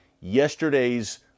yesterday's